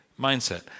mindset